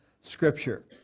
Scripture